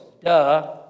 Duh